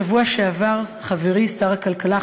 בשבוע שעבר חברי שר הכלכלה,